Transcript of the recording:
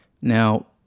Now